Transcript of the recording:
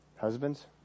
Husbands